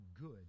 good